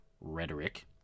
rhetoric